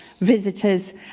visitors